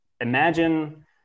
imagine